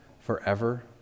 forever